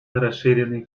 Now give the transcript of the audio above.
расширенной